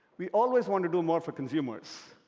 we always want to do more for consumers.